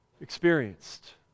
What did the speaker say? experienced